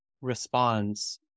responds